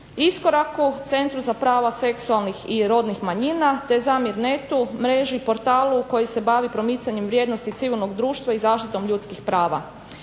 Iskoraku, centru za prava seksualnih i rodnih manjina te ZaMirNET-u, mreži, portalu koji se bavi promicanjem vrijednosti civilnog društva i zaštitom ljudskih prava.